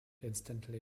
instantly